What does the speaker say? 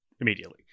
immediately